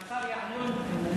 והשר יעלון מתאים, ?